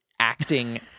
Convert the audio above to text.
acting